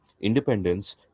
independence